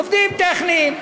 עובדים טכניים.